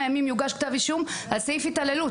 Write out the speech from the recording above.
ימים יוגש כתב אישום על סעיף התעללות,